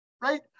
Right